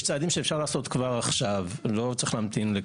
יש צעדים שניתן לעשות עכשיו ולא צריך להמתין.